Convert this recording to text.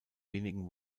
wenigen